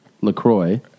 Lacroix